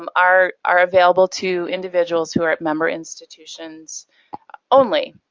um are are available to individuals who are at member institutions only.